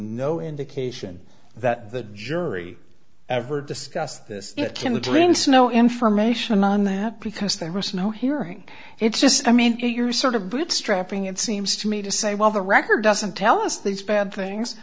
no indication that the jury ever discussed this it in the dream so no information on that because they were snow hearing it's just i mean you're sort of bootstrapping it seems to me to say well the record doesn't tell us these bad things